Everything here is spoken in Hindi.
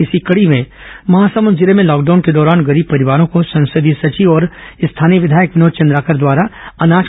इसी कड़ी में महासमुंद जिले में लॉकडाउन के दौरान गरीब परिवारों को संसदीय सचिव और स्थानीय विधायक विनोद चंद्राकर द्वारा अनाज का वितरण किया जा रहा है